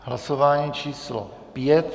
Hlasování číslo 5.